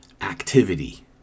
activity